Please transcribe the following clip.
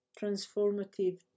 transformative